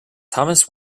thomas